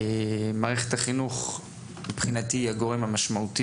מערכת החינוך מבחינתי היא הגורם המשמעותי